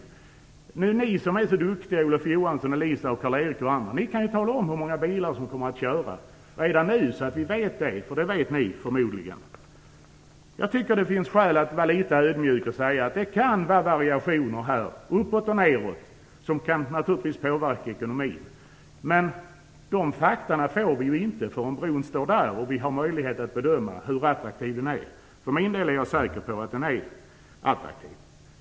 Persson m.fl. som är så duktiga kan ju redan nu tala om hur många bilar det rör sig om så att vi också får veta. Ni vet det förmodligen redan. Jag tycker att det finns skäl att vara litet ödmjuk och säga att det kan finnas variationer både uppåt och nedåt som kan påverka ekonomin. Dessa fakta får vi inte innan bron står klar och vi får möjligheter att bedöma hur attraktiv den är. För min del är jag säker på att den kommer att vara attraktiv.